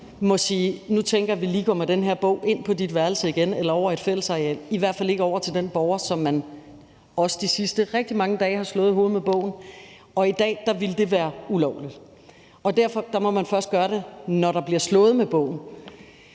Nu tænker vi, at vi lige går med den her bog ind på dit værelse igen eller over i et fællesareal, i hvert fald ikke over til den borger, som vedkommende de sidste mange dage har slået i hovedet med bogen. I dag ville det være ulovligt. Der må man først gøre det, når der bliver slået med bogen.